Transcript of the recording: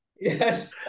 Yes